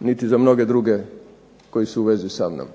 niti za mnoge druge koji su u vezi samnom.